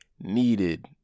Needed